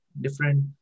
different